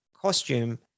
costume